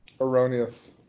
erroneous